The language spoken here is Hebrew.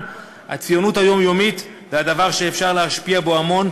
הציונות היומיומית זה הדבר שאפשר להשפיע בו המון,